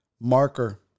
Marker